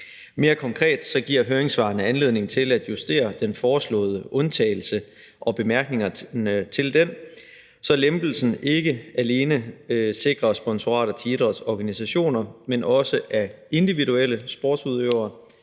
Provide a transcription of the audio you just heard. Mere konkret giver høringssvarene anledning til at justere den foreslåede undtagelse og bemærkningerne til den, så lempelsen ikke alene sikrer sponsorater til idrætsorganisationer, men også af individuelle sportsudøvere